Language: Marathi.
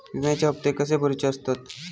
विम्याचे हप्ते कसे भरुचे असतत?